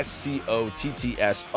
Scott's